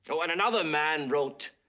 when another man wrote,